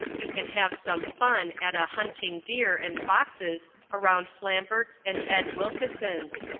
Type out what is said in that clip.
you can have some fun at a hunting deer and foxes around flamburgs and ed wilkisun's.